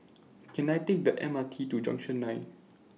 Can I Take The M R T to Junction nine